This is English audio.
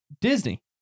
Disney